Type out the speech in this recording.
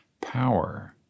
power